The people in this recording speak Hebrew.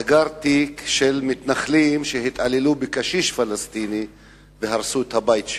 סגר תיק של מתנחלים שהתעללו בקשיש פלסטיני והרסו את הבית שלו.